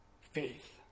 faith